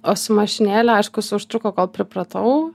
o su mašinėle aiškus užtruko kol pripratau